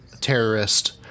terrorist